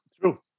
True